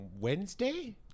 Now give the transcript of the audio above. Wednesday